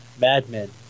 madmen